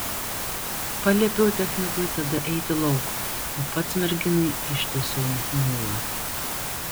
paliepiau technikui tada eiti lauk o pats merginai ištiesiau muilą